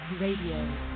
Radio